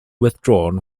withdrawn